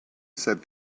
said